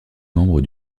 membre